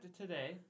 today